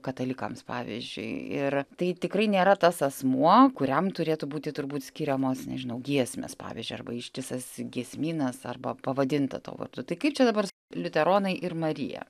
katalikams pavyzdžiui ir tai tikrai nėra tas asmuo kuriam turėtų būti turbūt skiriamos nežinau giesmės pavyzdžiui arba ištisas giesmynas arba pavadinta tuo vardu tai kaip čia dabar liuteronai ir marija